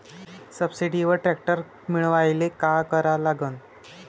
सबसिडीवर ट्रॅक्टर मिळवायले का करा लागन?